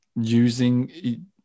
using